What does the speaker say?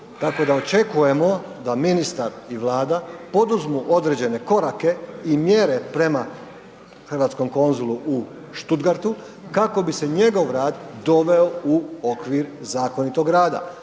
očekujemo da ministar i Vlada poduzmu određene korake i mjere prema hrvatskom konzulu u Stuttgartu kako bi se njegov rad doveo u okvir zakonitog rada,